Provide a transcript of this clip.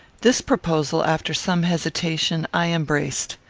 this proposal, after some hesitation, i embraced.